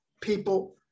people